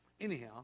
Anyhow